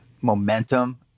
momentum